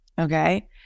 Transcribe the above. Okay